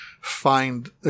find